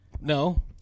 No